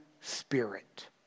Spirit